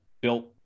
built